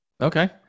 Okay